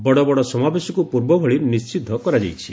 ବଡ଼ବଡ଼ ସମାବେଶକୁ ପୂର୍ବଭଳି ନିଷିଦ୍ଧ କରାଯାଇଛି